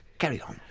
carry on.